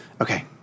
okay